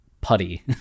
putty